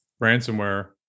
ransomware